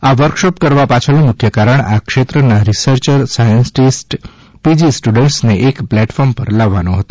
આ વર્કશોપ કરવ પાછળનું મુખ્ય કારણ આ ક્ષેત્રન રીસર્ચર સાધ્યન્ટીસ્ટ પીજી સ્ટુડન્ટ્સને એક પ્લેટફોર્મ પર લાવવાનો હતો